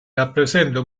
rappresenta